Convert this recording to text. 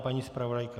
Paní zpravodajka?